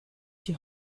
die